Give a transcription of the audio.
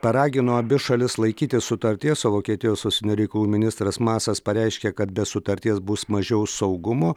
paragino abi šalis laikytis sutarties o vokietijos užsienio reikalų ministras masas pareiškė kad be sutarties bus mažiau saugumo